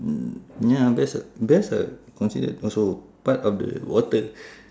mm ya bears are bears are considered also part of the water